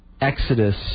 exodus